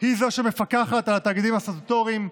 היא שמפקחת על התאגידים הסטטוטוריים,